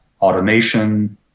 automation